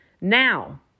Now